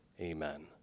Amen